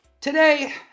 Today